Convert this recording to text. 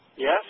Yes